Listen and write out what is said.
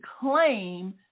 claim